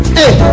hey